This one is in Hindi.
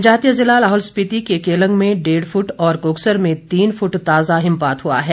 जनजातीय जिला लाहौल स्पिति के केलांग में डेढ फुट और कोकसर में तीन फुट ताजा हिमपात हुआ है